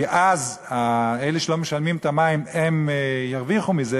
כי אז אלה שלא משלמים את חשבון המים ירוויחו מזה,